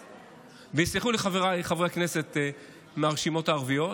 יסלחו לי חבריי חברי הכנסת מהרשימות הערביות,